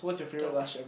don't